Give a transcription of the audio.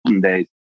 days